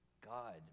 God